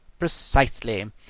precisely.